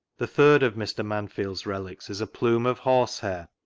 the third of mr. manfield's relics is a plume of horsehair,